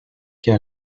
què